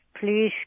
please